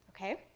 okay